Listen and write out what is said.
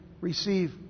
receive